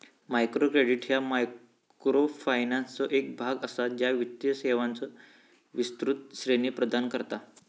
micro credit ह्या मायक्रोफायनान्सचो एक भाग असा, ज्या वित्तीय सेवांचो विस्तृत श्रेणी प्रदान करता